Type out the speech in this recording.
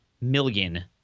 million